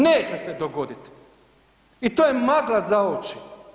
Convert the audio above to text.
Neće se dogodit i to je magla za oči.